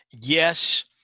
Yes